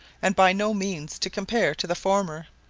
and by no means to compare to the former.